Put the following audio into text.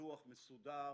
דוח מסודר